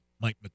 Mike